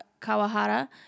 Kawahara